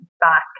back